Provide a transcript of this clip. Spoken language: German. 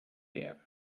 erde